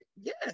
Yes